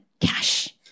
cash